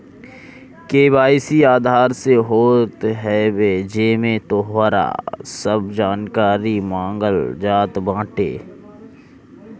KYC Aadhaar से होत हवे जेमे तोहार सब जानकारी मांगल जात बाटे